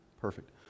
Perfect